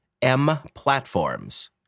M-platforms